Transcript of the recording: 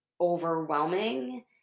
overwhelming